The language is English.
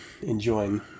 enjoying